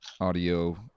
audio